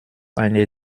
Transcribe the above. eine